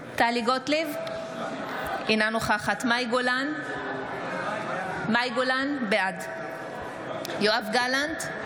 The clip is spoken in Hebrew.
גוטליב, אינה נוכחת מאי גולן, בעד יואב גלנט,